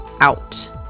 out